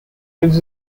lives